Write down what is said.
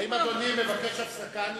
האם אדוני מבקש הפסקה?